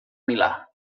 milà